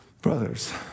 Brothers